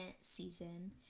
season